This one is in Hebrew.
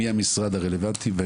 לכן